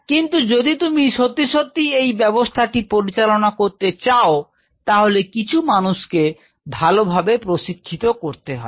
কিন্তু যদি তুমি সত্যি সত্যিই এই ব্যবস্থাটি পরিচালনা করতে চাও তাহলে কিছু মানুষকে ভালোভাবে প্রশিক্ষিত করতে হবে